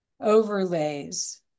overlays